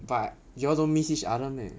but you all don't miss each other meh